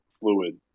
fluid